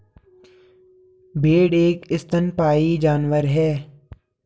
भेड़ एक स्तनपायी जानवर है